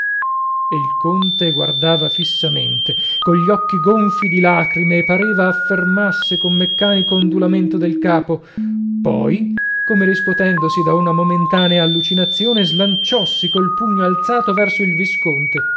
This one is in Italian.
tempi il conte guardava fissamente cogli occhi gonfi di lacrime e pareva affermasse con meccanico ondulamento del capo poi come riscuotendosi da una momentanea allucinazione slanciossi col pugno alzato verso il visconte